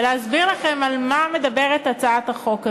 ולהסביר לכם על מה מדברת הצעת החוק הזאת.